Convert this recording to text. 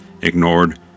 ignored